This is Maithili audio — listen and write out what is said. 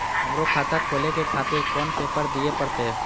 हमरो खाता खोले के खातिर कोन पेपर दीये परतें?